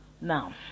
Now